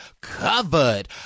covered